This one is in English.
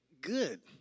Good